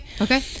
okay